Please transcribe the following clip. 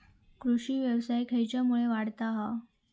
कृषीव्यवसाय खेच्यामुळे वाढता हा?